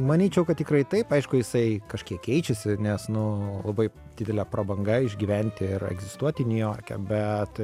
manyčiau kad tikrai taip aišku jisai kažkiek keičiasi nes nu labai didelė prabanga išgyventi ir egzistuoti niujorke bet